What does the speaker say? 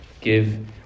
give